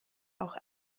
auch